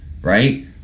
right